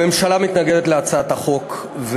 הממשלה מתנגדת להצעת החוק.